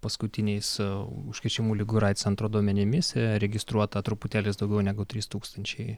paskutiniais užkrečiamų ligų ir aids centro duomenimis registruota truputėlis daugiau negu trys tūkstančiai